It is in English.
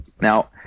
now